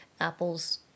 Apple's